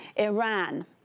Iran